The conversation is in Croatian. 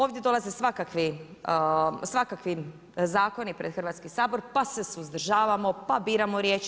Ovdje dolaze svakakvi zakoni pred Hrvatski sabor pa se suzdržavamo, pa biramo riječi.